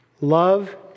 Love